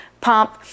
Pump